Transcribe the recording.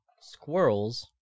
squirrels